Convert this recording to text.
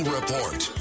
Report